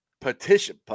petition